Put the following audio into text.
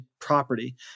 property